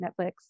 Netflix